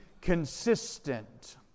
consistent